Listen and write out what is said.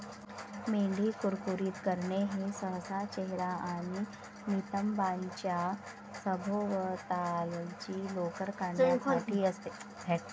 मेंढी कुरकुरीत करणे हे सहसा चेहरा आणि नितंबांच्या सभोवतालची लोकर काढण्यासाठी असते